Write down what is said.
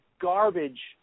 garbage